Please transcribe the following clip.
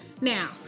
Now